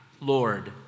Lord